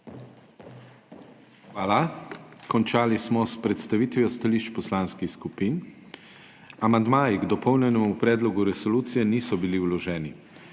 Hvala. Končali smo s predstavitvijo stališč poslanskih skupin. Ker amandmaji k dopolnjenemu predlogu zakona niso bili vloženi,